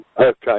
Okay